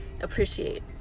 appreciate